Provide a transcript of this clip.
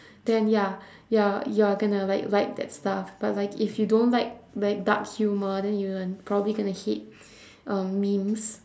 then ya ya you are going to like like that stuff but like if you don't like like dark humour then you are probably going to hate um memes